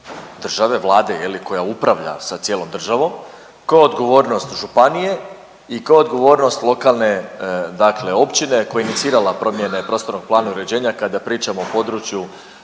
države, Vlade je li koja upravlja sa cijelom državom, koja je odgovornost županije i koja je odgovornost lokalne općine koja je inicirala promjene prostornog plana uređenja kada pričamo o području